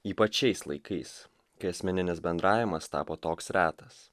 ypač šiais laikais kai asmeninis bendravimas tapo toks retas